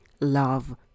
love